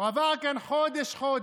הוא עבר כאן חודש-חודש: